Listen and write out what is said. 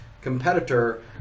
competitor